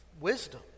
wisdom